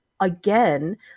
again